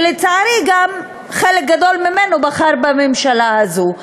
שלצערי גם חלק גדול ממנו בחר בממשלה הזו.